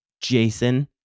Jason